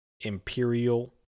Imperial